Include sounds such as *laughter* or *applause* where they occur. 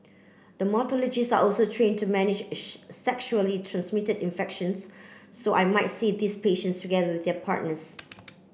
dermatologists are also train to manage *unintelligible* sexually transmitted infections so I might see these patients together with their partners